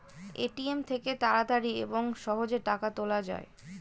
ATM থেকে তাড়াতাড়ি এবং সহজে টাকা তোলা যায়